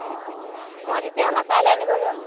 অঁ অঁ মই তেতিয়াহ'লে কাইলৈ আনিব যাম